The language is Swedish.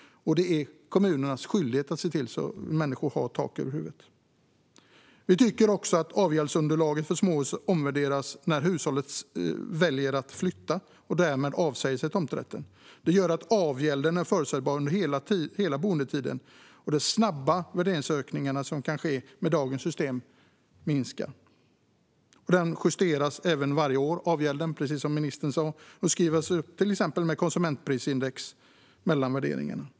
Och det är kommunernas skyldighet att se till att människor har tak över huvudet. Vi tycker också att avgäldsunderlaget för småhus ska omvärderas när hushållet väljer att flytta och därmed avsäger sig tomträtten. Det gör avgälden förutsägbar under hela boendetiden, och de snabba värderingsökningar som kan ske med dagens system minskar. Avgälden ska också justeras varje år, precis som ministern sa, och skrivas upp med till exempel konsumentprisindex mellan värderingarna.